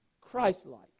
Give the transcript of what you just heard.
Christ-like